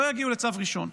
לא יגיעו לצו ראשון.